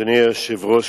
אדוני היושב-ראש,